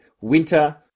Winter